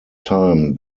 time